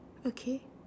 okay